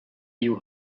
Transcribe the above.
you